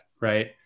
Right